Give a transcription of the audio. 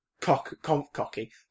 cocky